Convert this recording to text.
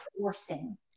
forcing